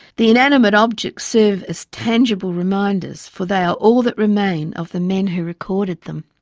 the inanimate objects serve as tangible reminders, for they are all that remain of the men who recorded them.